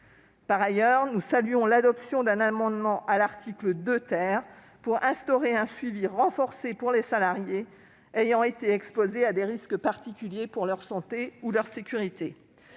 Par ailleurs, nous saluons l'adoption d'un amendement à l'article 2 visant à instaurer un suivi renforcé pour les salariés ayant été exposés à des risques particuliers pour leur santé ou leur sécurité.